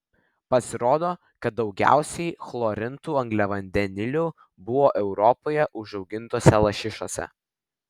pasirodo kad daugiausiai chlorintų angliavandenilių buvo europoje užaugintose lašišose